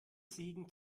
segen